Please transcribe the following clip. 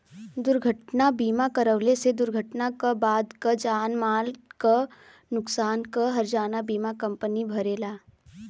दुर्घटना बीमा करवले से दुर्घटना क बाद क जान माल क नुकसान क हर्जाना बीमा कम्पनी भरेला